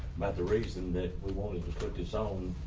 but the reason that we wanted to put this on